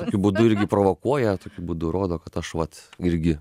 tokiu būdu irgi provokuoja tokiu būdu rodo kad aš vat irgi